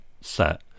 set